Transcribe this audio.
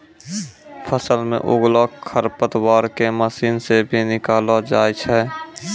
फसल मे उगलो खरपतवार के मशीन से भी निकालो जाय छै